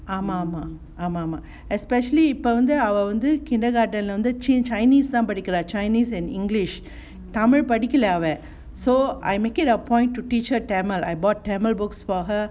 ஆமா ஆமா:ama ama especially அவ வந்து:ava vanthu kindergarten chinese தா படிக்கிறா:thaa padikkira chinese and english Tamil படிக்கல அவ:thamil padikkala ava so I make it a point to teach her Tamil I bought Tamil books for her